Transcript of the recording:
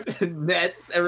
Nets